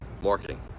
Marketing